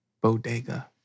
bodega